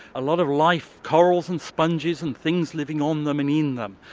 a lot of life, corals and sponges and things living on them and in them.